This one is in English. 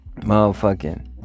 motherfucking